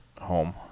home